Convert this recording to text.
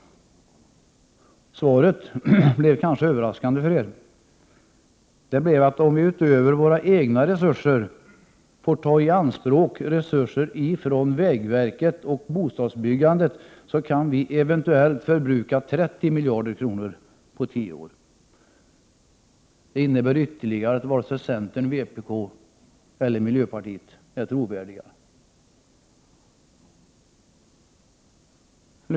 Svaret är kanske överraskande. Det blev att om vi utöver våra egna resurser får ta i anspråk resurser från vägverket och bostadsbyggandet, kan vi eventuellt förbruka 30 miljarder kronor under en tioårsperiod. Detta innebär i sin tur att inte vare sig centern, vpk eller miljöpartiet är trovärdiga.